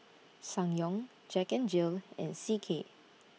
Ssangyong Jack N Jill and C K